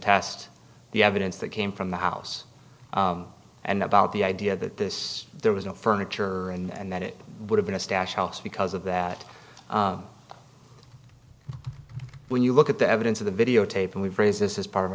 contest the evidence that came from the house and about the idea that this there was no furniture and that it would have been a stash house because of that when you look at the evidence of the videotape and we've raised this is part of